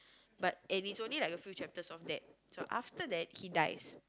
but and it's only like a few chapters of that so after that he dies